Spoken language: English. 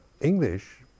English